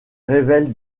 révèle